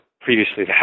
previously